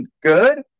good